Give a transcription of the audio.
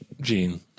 Gene